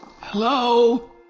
Hello